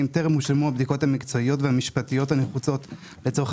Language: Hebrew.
טרם הושלמו הבדיקות המקצועיות והמשפטיות הנחוצות לצורך